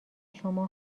شما